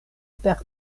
per